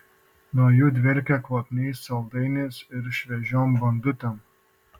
nuo jų dvelkė kvapniais saldainiais ir šviežiom bandutėm